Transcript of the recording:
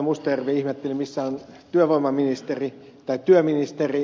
mustajärvi ihmetteli missä on työministeri